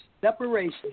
separation